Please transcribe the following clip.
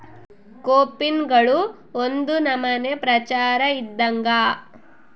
ಕೋಪಿನ್ಗಳು ಒಂದು ನಮನೆ ಪ್ರಚಾರ ಇದ್ದಂಗ